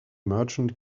merchant